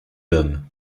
l’homme